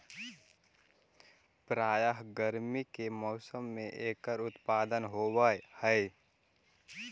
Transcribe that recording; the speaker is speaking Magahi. प्रायः गर्मी के मौसम में एकर उत्पादन होवअ हई